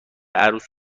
عروس